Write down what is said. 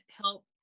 help